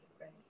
right